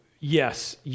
Yes